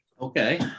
Okay